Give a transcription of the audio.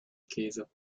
käse